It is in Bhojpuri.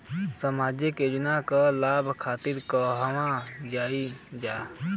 सामाजिक योजना के लाभ खातिर कहवा जाई जा?